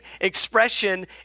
expression